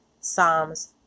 Psalms